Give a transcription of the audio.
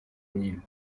nil